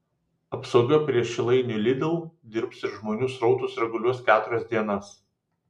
apsauga prie šilainių lidl dirbs ir žmonių srautus reguliuos keturias dienas